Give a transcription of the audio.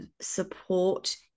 support